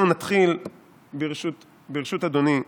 ברשות אדוני,